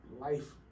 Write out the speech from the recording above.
life